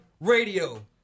Radio